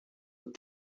what